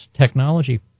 technology